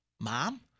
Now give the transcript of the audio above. Mom